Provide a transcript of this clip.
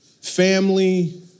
family